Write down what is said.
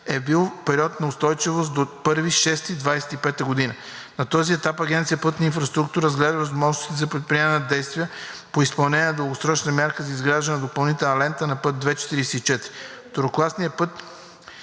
е бил в период на устойчивост до 1 юни 2025 г. На този етап Агенция „Пътна инфраструктура“ разгледа възможностите за предприемане на действия по изпълнение на дългосрочната мярка за изграждане на допълнителна лента на път II 44. Второкласният път